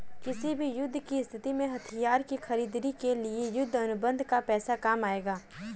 किसी भी युद्ध की स्थिति में हथियार की खरीदारी के लिए युद्ध अनुबंध का पैसा काम आएगा